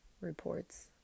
reports